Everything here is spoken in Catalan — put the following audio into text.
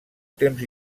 temps